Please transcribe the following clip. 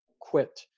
quit